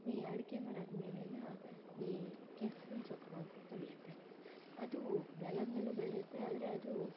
ಈ ಅಡಿಕೆ ಮರದ ಮೇಲೆಲ್ಲ ಈ ಕೆಸ್ವಿನ ಸೊಪ್ಪು ಅಂತ ಬೆಳೆಯತ್ತೆ ಅದು ನೆಲದ ಮೇಲೂ ಬೆಳೆಯತ್ತೆ ಆದರೆ ಅದು